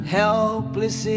helpless